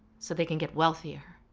so they can get wealthier.